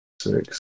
six